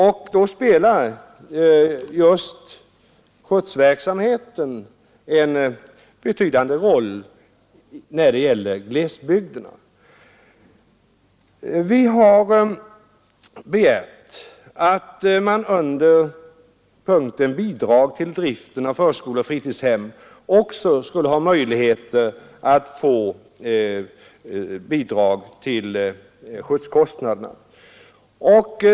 Skjutsverksamheten spelar en betydande roll i glesbygderna. Vi har begärt att det under punkten Bidrag till driften av förskolor och fritidshem också skulle ges möjligheter att lämna bidrag till skjutskostnaderna.